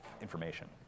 information